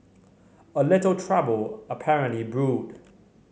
a little trouble apparently brewed